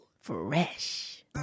Fresh